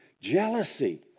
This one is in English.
Jealousy